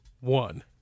one